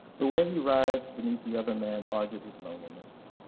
the way he writhed beneath the other man argued his loneliness,